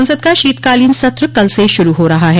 संसद का शीतकालीन सत्र कल से शुरू हो रहा है